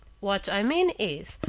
what i mean is,